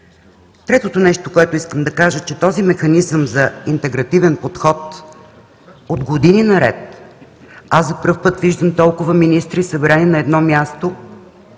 Третото нещо, което искам да кажа, е, че този механизъм е за интегративен подход. От години наред аз за първи път виждам толкова министри, събрани на едно място,